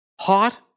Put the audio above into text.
Hot